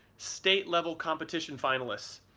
state level competition finalists.